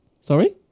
Sorry